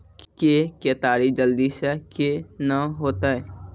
के केताड़ी जल्दी से के ना होते?